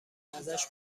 ازش